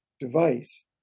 device